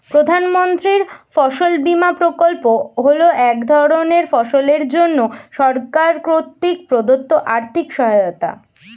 প্রধানমন্ত্রীর ফসল বিমা প্রকল্প হল এক ধরনের ফসলের জন্য সরকার কর্তৃক প্রদত্ত আর্থিক সহায়তা